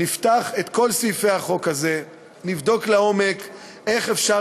נפתח את כל סעיפי החוק הזה ונבדוק לעומק איך אפשר